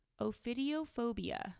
Ophidiophobia